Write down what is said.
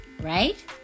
right